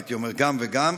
הייתי אומר גם וגם,